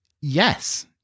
yes